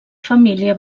família